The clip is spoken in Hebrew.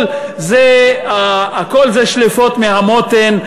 5, כהצעת הוועדה, נתקבל.